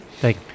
Thank